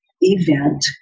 event